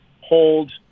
hold